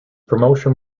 promotion